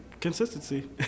Consistency